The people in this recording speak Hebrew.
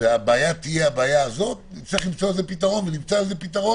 וזאת תהיה הבעיה, נמצא איזה פתרון.